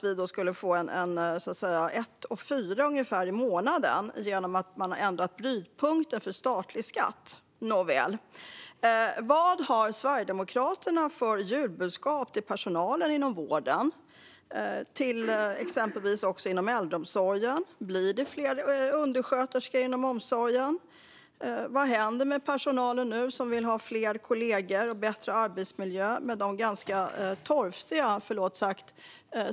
Vi får ungefär 1 400 kronor i månaden genom att man ändrar brytpunkten för statlig skatt. Vad har Sverigedemokraterna för julbudskap till exempelvis personalen inom vården och äldreomsorgen? Blir det fler undersköterskor inom omsorgen? Vad händer med personalen som vill ha fler kollegor och bättre arbetsmiljö?